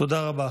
תודה רבה.